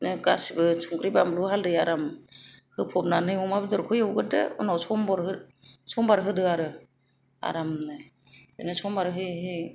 गासिबो संख्रि बानलु हालदै आराम होफबनानै अमा बेदेरखौ एउग्रोदो उनाव समबार होदो आरो आरामनो बिदिनो समबार होयै होयै